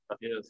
Yes